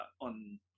on